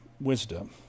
wisdom